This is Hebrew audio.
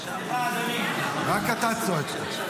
רק אתה צועק.